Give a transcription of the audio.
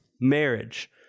marriage